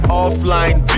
offline